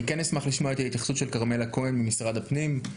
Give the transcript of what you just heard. אני אשמח לשמוע את ההתייחסות של כרמלה כהן ממשרד הפנים.